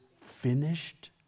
finished